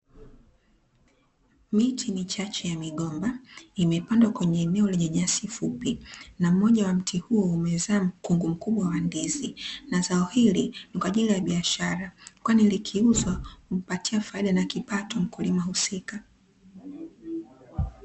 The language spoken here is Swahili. Miti michache ya migomba imepandwa kwenye eneo lenye nyasi fupi, na mmoja wa mti huo umezaa mkungu mkubwa wa ndizi na zao hili ni kwaajili ya biashara kwani likiuzwa humpatia faida na kipato mkulima husika.